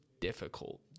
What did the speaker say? difficult